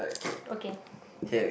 okay